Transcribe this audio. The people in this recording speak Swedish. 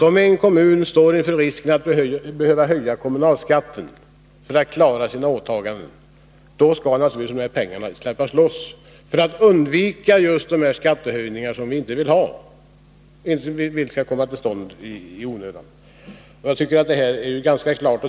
Om en kommun står inför risken att behöva höja kommunalskatten för att klara sina åtaganden, skall naturligtvis dessa pengar släppas loss, för att man skall kunna undvika de skattehöjningar som vi inte vill skall komma till stånd i onödan. Detta är ganska klart.